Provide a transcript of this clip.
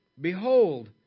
behold